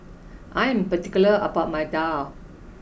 I am particular about my Daal